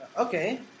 okay